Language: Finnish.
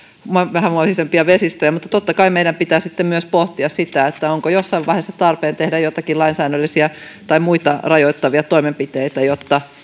vähämuovisempia vesistöjä mutta totta kai meidän pitää sitten myös pohtia sitä onko jossain vaiheessa tarpeen tehdä joitakin lainsäädännöllisiä tai muita rajoittavia toimenpiteitä jotta